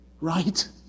Right